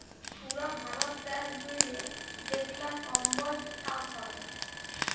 পুরা ভারত দ্যাশ জুইড়ে যেগলা কম্বজ চাষ হ্যয়